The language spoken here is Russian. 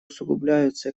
усугубляются